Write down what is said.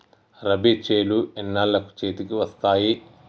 రబీ చేలు ఎన్నాళ్ళకు చేతికి వస్తాయి?